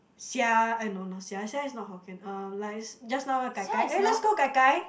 sia eh no no sia is not Hokkien uh like just now uh gai gai eh let's go gai gai